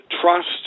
trust